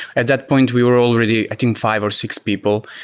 at that point we were already i think fi ve or six people,